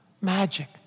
magic